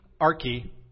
archie